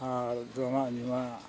ᱟᱨ ᱡᱚᱢᱟᱜ ᱧᱩᱣᱟᱜ